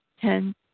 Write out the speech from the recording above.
Ten